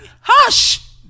hush